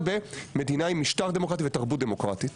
במדינה עם משטר דמוקרטי ותרבות דמוקרטית.